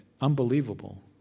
unbelievable